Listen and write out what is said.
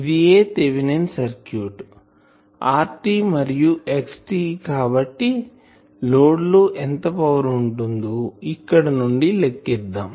ఇదియే Thevenin circuit circuit RT మరియు XT కాబట్టి లోడ్ లో ఎంత పవర్ ఉంటుందో ఇక్కడ నుండి లెక్కిద్దాం